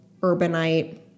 urbanite